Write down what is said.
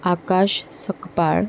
Akash Sakpal